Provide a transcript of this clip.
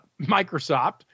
Microsoft